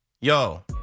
Yo